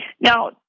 Now